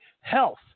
health